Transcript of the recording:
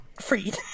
freed